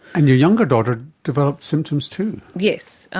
and your younger daughter developed symptoms too. yes,